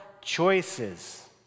choices